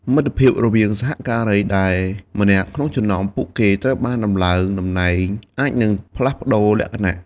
មិត្តភាពរវាងសហការីដែលម្នាក់ក្នុងចំណោមពួកគេត្រូវបានដំឡើងតំណែងអាចនឹងផ្លាស់ប្តូរលក្ខណៈ។